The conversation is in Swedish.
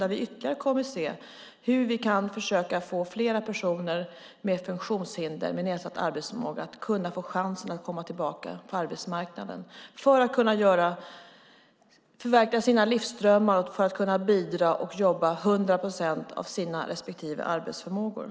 Där kommer vi att se hur vi kan försöka ge fler personer med funktionshinder med nedsatt arbetsförmåga chansen att komma tillbaka på arbetsmarknaden och förverkliga sina livsdrömmar, bidra och jobba 100 procent av sin arbetsförmåga.